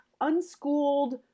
unschooled